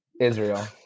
Israel